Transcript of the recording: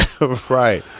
Right